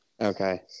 Okay